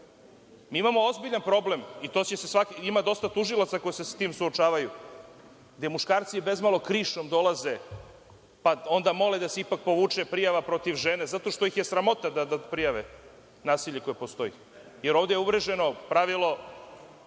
imamo ozbiljan problem, ima dosta tužilaca koji se sa tim suočavaju, gde muškarci bezmalo krišom dolaze, pa onda mole da se ipak povuče prijava protiv žene, zato što ih je sramota da prijave nasilje koje postoji, jer ovde je uvreženo pravilo